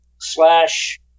slash